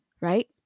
Right